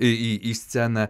į sceną